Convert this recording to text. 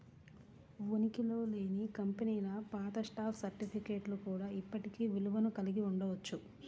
ఉనికిలో లేని కంపెనీల పాత స్టాక్ సర్టిఫికేట్లు కూడా ఇప్పటికీ విలువను కలిగి ఉండవచ్చు